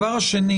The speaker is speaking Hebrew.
הדבר השני